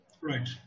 Right